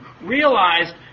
realized